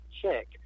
check